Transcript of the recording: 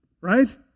Right